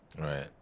Right